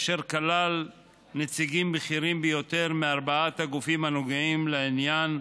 אשר כלל נציגים בכירים ביותר מארבעת הגופים הנוגעים לעניין,